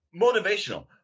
motivational